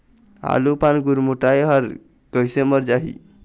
आलू पान गुरमुटाए हर कइसे मर जाही?